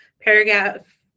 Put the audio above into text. paragraph